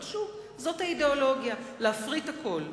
אבל שוב, זו האידיאולוגיה, להפריט הכול.